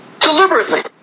deliberately